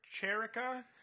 Cherica